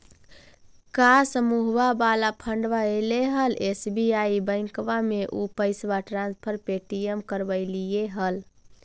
का समुहवा वाला फंडवा ऐले हल एस.बी.आई बैंकवा मे ऊ पैसवा ट्रांसफर पे.टी.एम से करवैलीऐ हल?